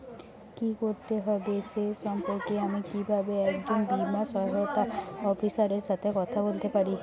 কী করতে হবে সে সম্পর্কে আমি কীভাবে একজন বীমা সহায়তা অফিসারের সাথে কথা বলতে পারি?